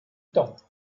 temps